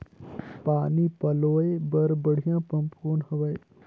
पानी पलोय बर बढ़िया पम्प कौन हवय?